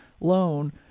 loan